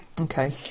okay